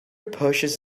purchase